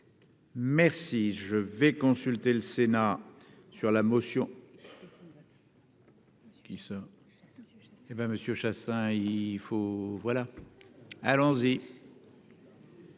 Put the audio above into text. Merci, je vais consulter le Sénat sur la motion